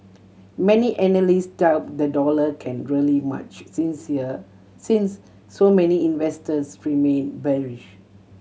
many analysts doubt the dollar can rally much since here since so many investors remain bearish